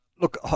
Look